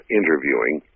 interviewing